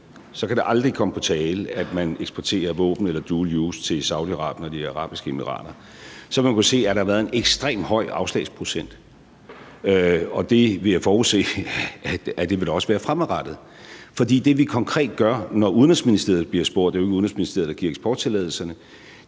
kan det aldrig komme på tale, at man eksporterer våben eller dual use-produkter til Saudi-Arabien og De Forenede Arabiske Emirater, så vil man kunne se, at der har været en ekstremt høj afslagsprocent, og det vil jeg forudse der også vil være fremadrettet. For det, vi konkret gør, når Udenrigsministeriet bliver spurgt – det er jo ikke Udenrigsministeriet, der giver eksporttilladelserne